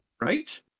Right